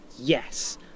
yes